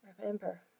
remember